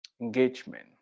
engagement